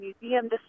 museum